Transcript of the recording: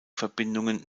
verbindungen